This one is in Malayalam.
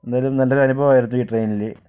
എന്തായാലും നല്ലൊരു അനുഭവമായിരുന്നു ഈ ട്രെയിനിൽ